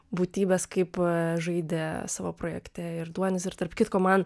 būtybes kaip žaidė savo projekte ir duonis ir tarp kitko man